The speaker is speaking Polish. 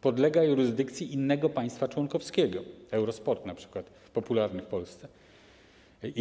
podlega jurysdykcji innego państwa członkowskiego, np. popularny w Polsce Eurosport.